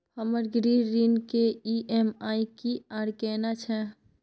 हमर गृह ऋण के ई.एम.आई की आर केना छै?